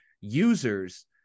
users